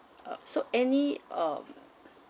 ah so any uh